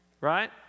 right